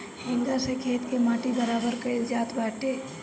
हेंगा से खेत के माटी बराबर कईल जात बाटे